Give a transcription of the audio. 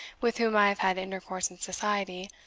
with whom i have had intercourse in society,